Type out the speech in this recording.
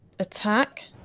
Attack